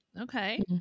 okay